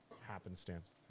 happenstance